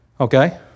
Okay